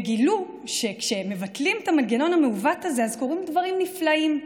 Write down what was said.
גילו שכאשר מבטלים את המנגנון המעוות הזה אז קורים דברים נפלאים,